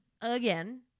again